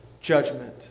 judgment